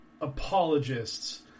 apologists